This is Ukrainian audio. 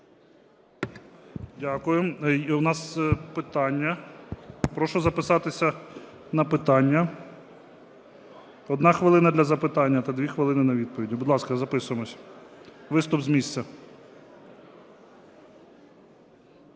Дякуємо. У нас питання. Прошу записатися на питання. Одна хвилина для запитання та дві хвилини на відповідь. Будь ласка, записуємось. Виступ з місця.